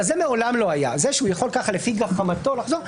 זה מעולם לא היה, שהוא יכול לפי גחמתו לחזור.